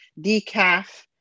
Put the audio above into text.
decaf